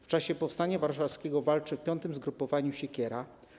W czasie powstania warszawskiego walczył w V Zgrupowaniu „Siekiera”